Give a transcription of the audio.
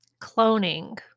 cloning